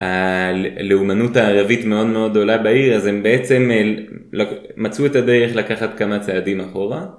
הלאומנות הערבית מאוד מאוד גדולה בעיר אז הם בעצם מצאו את הדרך לקחת כמה צעדים אחורה